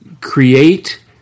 create